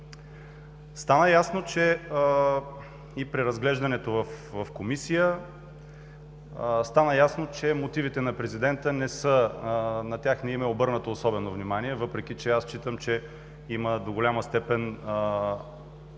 Стана ясно и при разглеждането в Комисия, че на мотивите на президента не е обърнато особено внимание, въпреки че аз считам, че до голяма степен